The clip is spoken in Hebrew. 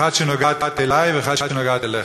אחת שנוגעת לי ואחת שנוגעת לך,